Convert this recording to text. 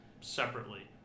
separately